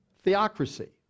theocracy